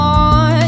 on